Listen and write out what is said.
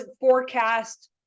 forecast